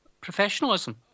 professionalism